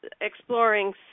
exploring